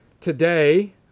Today